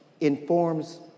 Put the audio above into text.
informs